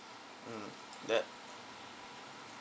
mm that